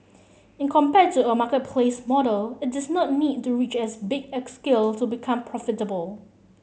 and compared to a marketplace model it does not need to reach as big a scale to become profitable